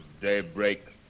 daybreak